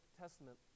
Testament